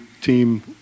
team